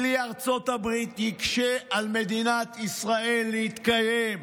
בלי ארצות הברית יקשה על מדינת ישראל להתקיים,